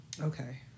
Okay